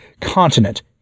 Continent